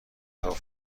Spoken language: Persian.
کتاب